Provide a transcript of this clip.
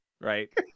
Right